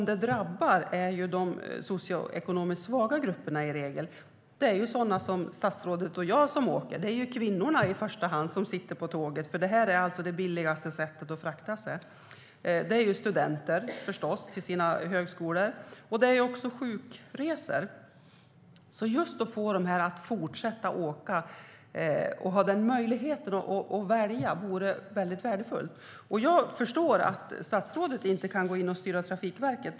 Det är i regel de socioekonomiskt svaga grupperna som drabbas. Det är i första hand kvinnor som sitter på tåget, för det är det billigaste sättet att transportera sig. Det är studenter som ska ta sig till sina högskolor, och det är också sjukresor. Att få dem att fortsätta att åka och ha möjlighet att välja vore värdefullt. Jag förstår att statsrådet inte kan gå in och styra Trafikverket.